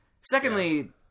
Secondly